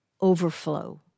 overflow